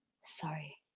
Sorry